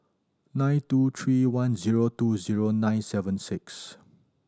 nine two three one zero two zero nine seven six